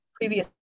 previous